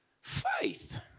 faith